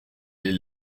est